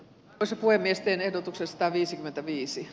tässä puhemiesten ehdotuksesta viisikymmentäviisi